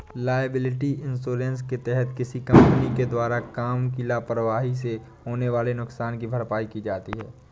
liability insurance के तहत किसी कंपनी के द्वारा काम की लापरवाही से होने वाले नुकसान की भरपाई की जाती है